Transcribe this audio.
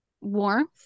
warmth